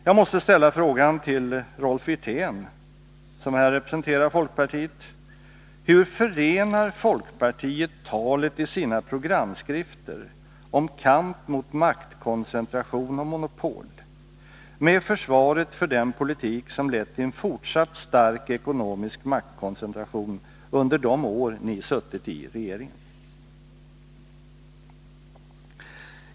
Jag måste ställa frågan till Rolf Wirtén, som här representerar folkpartiet: Hur förenar folkpartiet talet i sina programskrifter om kamp mot maktkoncentration och monopol med försvaret för den politik som lett till en fortsatt stark ekonomisk maktkoncentration under de år ni suttit i regeringen?